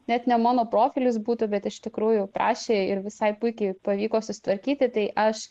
net ne mano profilis būtų bet iš tikrųjų prašė ir visai puikiai pavyko susitvarkyti tai aš